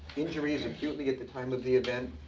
injuries acutely at the time of the event,